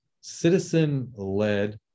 citizen-led